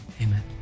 amen